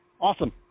awesome